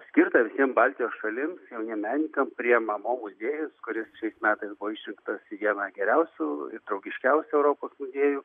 skirtą visiem baltijos šalims jauniem menininkam priema mo muziejus kuris šiais metais buvo išrinktas į vieną geriausių ir draugiškiausių europos muziejų